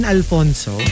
Alfonso